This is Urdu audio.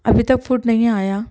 ابھی تک فوڈ نہیں آیا